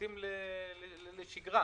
מתאים לשגרה.